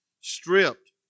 stripped